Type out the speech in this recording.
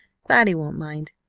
cloudy won't mind.